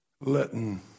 letting